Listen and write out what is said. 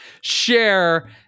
share